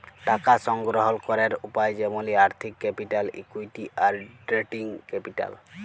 টাকা সংগ্রহল ক্যরের উপায় যেমলি আর্থিক ক্যাপিটাল, ইকুইটি, আর ট্রেডিং ক্যাপিটাল